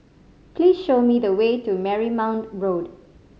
please show me the way to Marymount Road